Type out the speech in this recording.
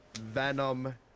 Venom